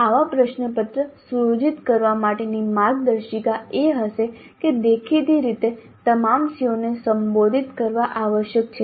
આવા પ્રશ્નપત્ર સુયોજિત કરવા માટેની માર્ગદર્શિકા એ હશે કે દેખીતી રીતે તમામ CO ને સંબોધિત કરવા આવશ્યક છે